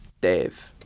dave